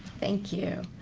thank you.